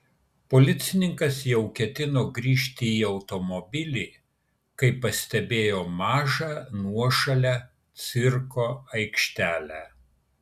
policininkas jau ketino grįžti į automobilį kai pastebėjo mažą nuošalią cirko aikštelę